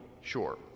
sure